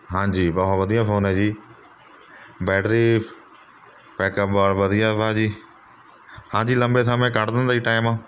ਹਾਂਜੀ ਬਹੁਤ ਵਧੀਆ ਫ਼ੋਨ ਹੈ ਜੀ ਬੈਟਰੀ ਪੈਕਅੱਪ ਬਹੁ ਵਧੀਆ ਭਾਅ ਜੀ ਹਾਂਜੀ ਲੰਬੇ ਸਮੇਂ ਕੱਢ ਦਿੰਦਾ ਜੀ ਟੈਮ